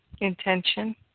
intention